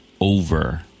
over